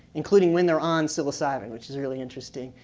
including when they're on psilocybin, which is really interesting.